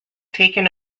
taken